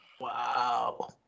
Wow